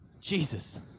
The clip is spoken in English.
Jesus